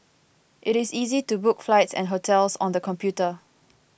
it is easy to book flights and hotels on the computer